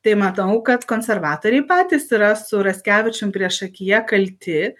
tai matau kad konservatoriai patys yra su raskevičium priešakyje kalti